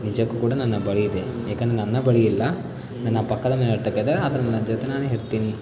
ನಿಜಕ್ಕೂ ಕೂಡ ನನ್ನ ಬಳಿ ಇದೆ ಯಾಕೆಂದರೆ ನನ್ನ ಬಳಿ ಇಲ್ಲ ನನ್ನ ಪಕ್ಕದ ಮನೆಯವರತಕ್ಕೆದ ಅದರ ಜೊತೆ ನಾನು ಇರ್ತೀನಿ